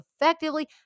effectively